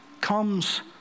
comes